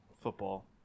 football